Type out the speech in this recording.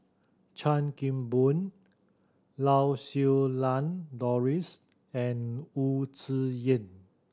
Chan Kim Boon Lau Siew Lang Doris and Wu Tsai Yen